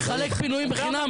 נחלק פינויים בחינם?